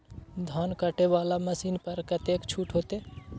धान कटे वाला मशीन पर कतेक छूट होते?